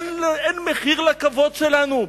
אין מחיר לכבוד שלנו?